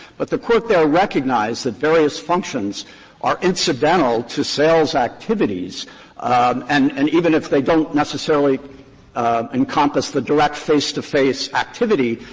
but the court there recognized that various functions are incidental to sales activities and, and even if they don't necessarily encompass the direct face-to-face activity,